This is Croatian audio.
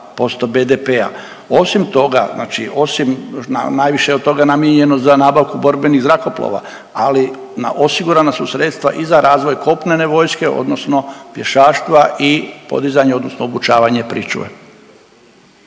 osim najviše od toga je namijenjeno za nabavku borbenih zrakoplova, ali na, osigurana su sredstva i za razvoj kopnene vojske odnosno pješaštva i podizanje odnosno obučavanje pričuve.